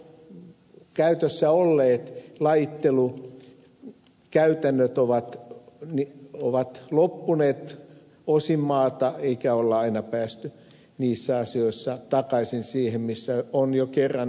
jo käytössä olleet lajittelukäytännöt ovat loppuneet osin maata eikä ole aina päästy niissä asioissa takaisin siihen missä on jo kerran oltu